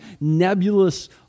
nebulous